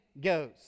goes